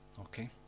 Okay